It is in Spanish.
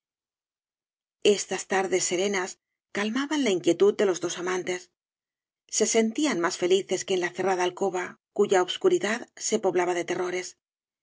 estas tardes serenas calmaban la inquietud de los dos amantes se sentían más felices que en la cerrada alcoba cuya obscuridad se poblaba de terrores